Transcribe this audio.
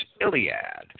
Iliad